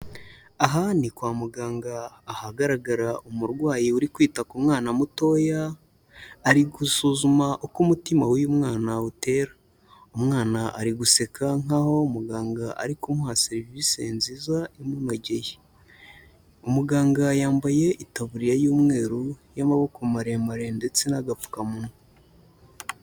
Aha ni kwa muganga ahagaragara umurwayi uri kwita ku mwana mutoya, ari gusuzuma uko umutima w'uyu mwana awutera. Umwana ari guseka nkaho muganga ari kumuha serivise nziza imunogeye. Muganga yambaye itaburiya y'umweru, y'amaboko maremare, ndetse n'agapfukamunwa.